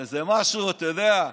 איזה משהו, אתה יודע,